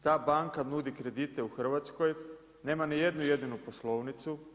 Ta banka nudi kredite u Hrvatskoj, nema niti jednu jedinu poslovnicu.